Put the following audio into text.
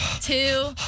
two